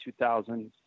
2000